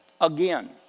again